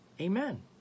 Amen